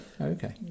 Okay